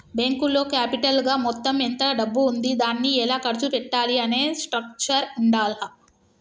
బ్యేంకులో క్యాపిటల్ గా మొత్తం ఎంత డబ్బు ఉంది దాన్ని ఎలా ఖర్చు పెట్టాలి అనే స్ట్రక్చర్ ఉండాల్ల